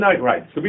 right